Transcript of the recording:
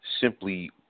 simply